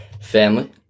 Family